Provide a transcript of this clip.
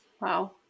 Wow